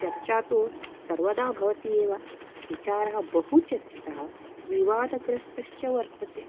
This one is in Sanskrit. चर्चा तु सर्वदा भवति एव विचारः बहु चर्चितः विवादग्रस्तश्च वर्तते